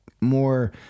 more